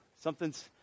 something's